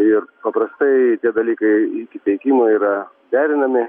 ir paprastai tie dalykai iki teikimo yra derinami